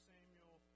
Samuel